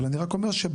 אבל אני רק אומר שבדרך,